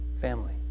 family